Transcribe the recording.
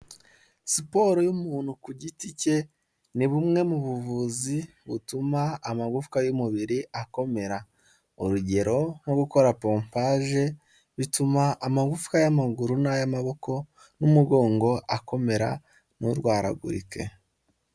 Siporo y'umuntu ku giti cye ni bumwe mu buvuzi butuma amagufwa y'umubiri akomera, urugero nko gukora pompaje bituma amagufwa y'amaguru n'ayamaboko n'umugongo akomera nturwaragurike.